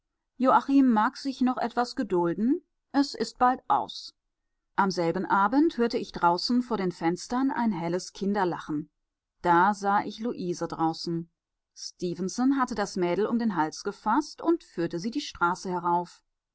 sich noch etwas gedulden es ist bald aus am selben abend hörte ich draußen vor den fenstern ein helles kinderlachen da sah ich luise draußen stefenson hatte das mädel um den hals gefaßt und führte sie die straße herauf